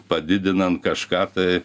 padidinant kažką tai